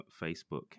Facebook